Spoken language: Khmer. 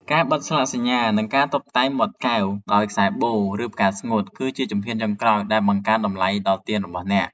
ការបិទស្លាកសញ្ញា និងការតុបតែងមាត់កែវដោយខ្សែបូ ឬផ្កាស្ងួត គឺជាជំហានចុងក្រោយដែលបង្កើនតម្លៃដល់ទៀនរបស់អ្នក។